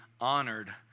honored